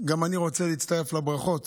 גם אני רוצה להצטרף לברכות